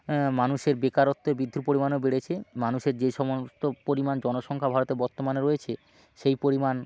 হ্যাঁ মানুষের বেকারত্বের বৃদ্ধির পরিমাণও বেড়েছে মানুষের যে সমস্ত পরিমাণ জনসংখ্যা ভারতে বর্তমানে রয়েছে সেই পরিমাণ